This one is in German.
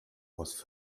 aus